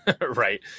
right